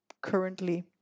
currently